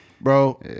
Bro